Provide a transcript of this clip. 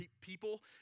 people